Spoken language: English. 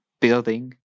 building